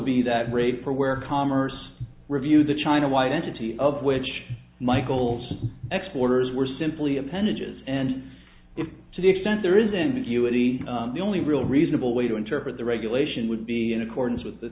be that great for where commerce review the chinawhite entity of which michael's exploiters were simply appendages and if to the extent there is ambiguity the only real reasonable way to interpret the regulation would be in accordance with the